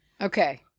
Okay